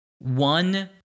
one